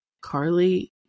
Carly